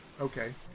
okay